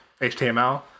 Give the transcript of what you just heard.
HTML